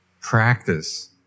practice